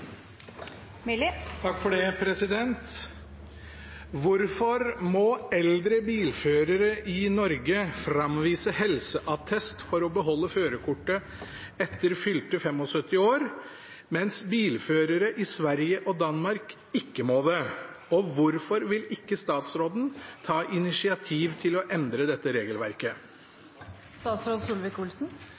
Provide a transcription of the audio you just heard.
helseattest for å beholde førerkortet etter fylte 75 år, mens bilførere i Sverige og Danmark ikke må det, og hvorfor vil ikke statsråden ta initiativ til å endre dette